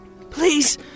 Please